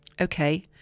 Okay